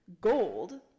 Gold